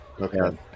Okay